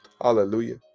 Hallelujah